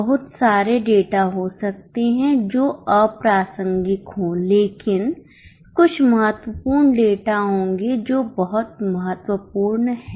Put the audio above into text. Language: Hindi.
बहुत सारे डेटा हो सकते हैं जो अप्रासंगिक हो लेकिन कुछ महत्वपूर्ण डेटा होंगे जो बहुत महत्वपूर्ण हैं